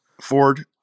Ford